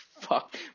fuck